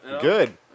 Good